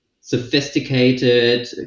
sophisticated